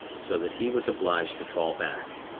so that he was obliged to fall back.